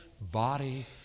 body